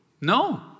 No